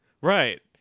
Right